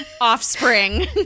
Offspring